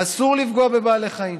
אסור לפגוע בבעלי חיים,